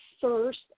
first